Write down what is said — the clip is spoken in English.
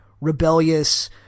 rebellious